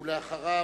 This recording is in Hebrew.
ואחריו,